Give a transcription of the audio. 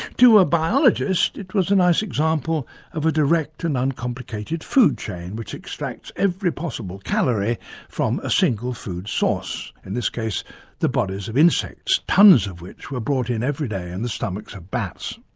to a biologist it was a nice example of a direct and uncomplicated food chain which extracts every possible calorie from a single food source, in this case the bodies of insects, tonnes of which were brought in every day in the stomachs of bats.